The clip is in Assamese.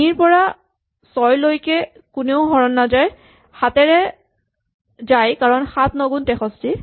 ৩ ৰ পৰা ৬ লৈকে কোনেও হৰণ নাযায় ৭ ৰে যায় কাৰণ ৭ ৯ গুণ ৬৩